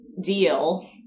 deal